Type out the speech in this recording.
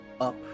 up